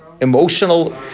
Emotional